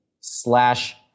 slash